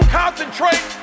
concentrate